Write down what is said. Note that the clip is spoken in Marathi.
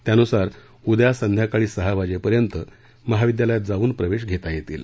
त्यानुसार उद्या संध्याकाळी सहा वाजेपर्यंत महाविद्यालयात जाऊन प्रवेश घेता येतील